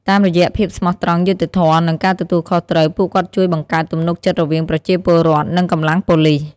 តាមរយៈភាពស្មោះត្រង់ យុត្តិធម៌ និងការទទួលខុសត្រូវ ពួកគាត់ជួយបង្កើតទំនុកចិត្តរវាងប្រជាពលរដ្ឋ និងកម្លាំងប៉ូលីស។